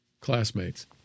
classmates